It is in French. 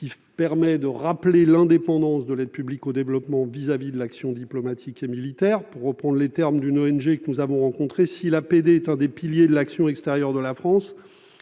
qui permet de rappeler l'indépendance de l'aide publique au développement à l'égard de l'action diplomatique et militaire. Pour reprendre les termes d'une ONG que nous avons rencontrée, si l'APD est l'un des piliers de l'action extérieure de la France,